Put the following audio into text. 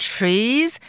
Trees